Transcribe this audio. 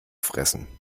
fressen